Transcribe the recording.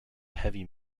heavy